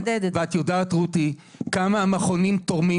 רותי, את יודעת כמה המכונים תורמים.